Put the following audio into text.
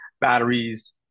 batteries